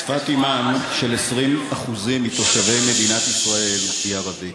שפת אמם של 20% מתושבי מדינת ישראל היא ערבית.